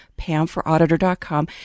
Pamforauditor.com